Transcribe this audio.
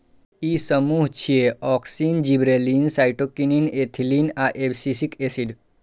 ई समूह छियै, auxin, gibberellin, cytokinin, ethylene आ एब्सिसिक एसिड